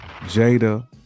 Jada